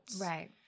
Right